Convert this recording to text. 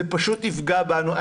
זה פשוט יפגע בנו.